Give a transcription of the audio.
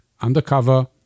undercover